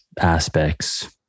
aspects